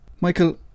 Michael